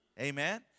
amen